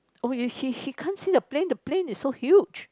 oh he he can't see the plane the plane is so huge